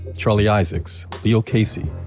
charlie isaacs, leo casey,